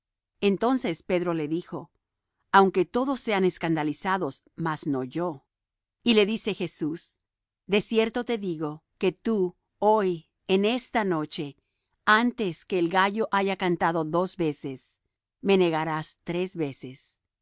entonces pedro le dijo aunque todos sean escandalizados mas no yo y le dice jesús de cierto te digo que tú hoy en esta noche antes que el gallo haya cantado dos veces me negarás tres veces